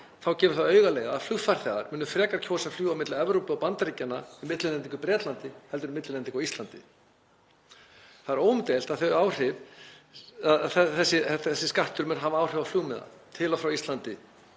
þá gefur augaleið að flugfarþegar munu frekar kjósa að fljúga á milli Evrópu og Bandaríkjanna með millilendingu í Bretlandi heldur en millilendingu á Íslandi. Það er óumdeilt að þessi skattur mun hafa áhrif á flugmiðaverð til og frá Íslandi,